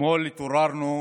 אתמול התעוררנו,